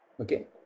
okay